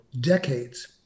decades